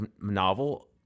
novel